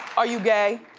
are you gay?